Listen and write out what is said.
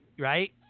right